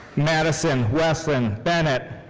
madisyn wesyn bennett.